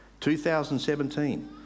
2017